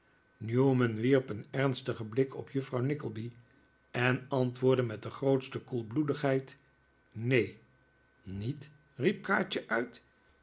newman wierp een erhstigen blik op juffrouw nickleby en antwoordde met de grootste koelbloedigheid neen niet riep kaatje uit